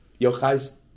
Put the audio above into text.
Yochai's